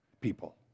people